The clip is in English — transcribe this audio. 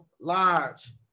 large